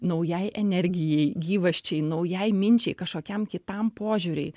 naujai energijai gyvasčiai naujai minčiai kažkokiam kitam požiūriui